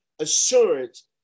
assurance